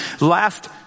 last